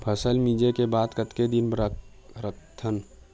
फसल मिंजे के बाद कतेक दिन रख सकथन?